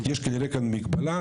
יש כנראה כאן מגבלה,